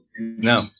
no